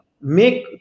make